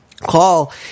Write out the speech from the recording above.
Call